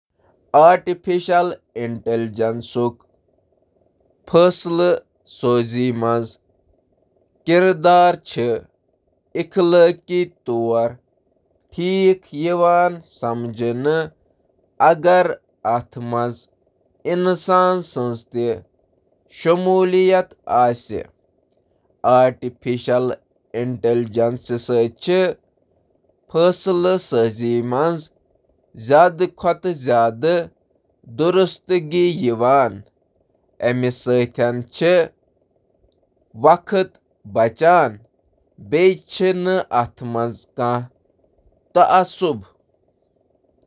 فٲصلہٕ سٲزی منٛز مصنوعی ذہانت, ہنٛد استعمال چُھ اخلٲقی خدشات پٲدٕ کران، مگر یہٕ ہیکہٕ فأئدٕ مند تہٕ أستھ: اخلأقی خدشات اے آۓ ہیکہٕ جانبدار، غلط، تہٕ شفافیتچ کمی أستھ: